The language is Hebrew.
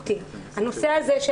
אני חושבת שלא.